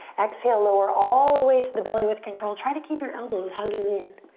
exhale, lower all the way to the belly with control. try to keep your elbows hugging in.